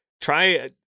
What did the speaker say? try